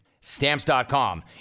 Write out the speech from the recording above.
Stamps.com